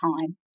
time